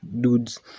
dudes